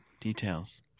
details